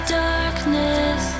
darkness